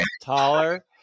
Taller